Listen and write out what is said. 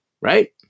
Right